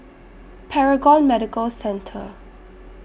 Paragon Medical Centre